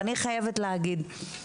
ואני חייבת להגיד,